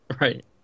Right